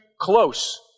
close